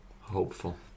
Hopeful